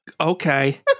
okay